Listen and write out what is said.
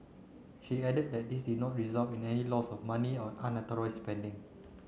she added that this did not result in any loss of money or spending